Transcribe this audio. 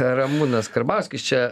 ramūnas karbauskis čia